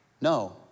no